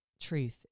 truth